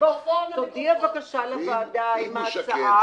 תקופת פירעון הלוואה לדיור בשל פטירה),